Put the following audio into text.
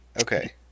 okay